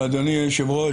ואדוני היושב-ראש,